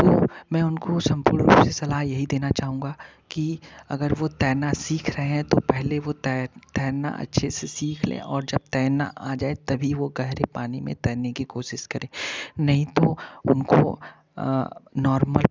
तो मैं उनको संपूर्ण रूप से सलाह यही देना चाहूँगा कि अगर वो तैरना सीख रहे हैं तो पहले वो तैरना अच्छे से सीख लें और जब तैरना आ जाए तभी वो गहरे पानी में तैरने की कोशिश करें नहीं तो उनको नॉर्मल